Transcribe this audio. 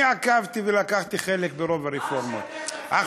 אני עקבתי ולקחתי חלק ברוב הרפורמות,